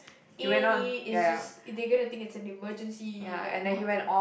any it's just if they gonna think it's an emergency like what and